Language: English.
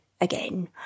again